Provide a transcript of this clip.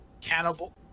cannibal